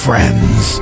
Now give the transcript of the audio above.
friends